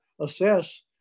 assess